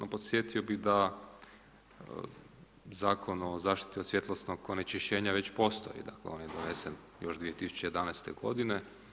A podsjetio bih da Zakon o zaštiti od svjetlosnog onečišćenja već postoji, dakle on je donesen još 2011. godine.